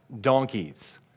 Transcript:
donkeys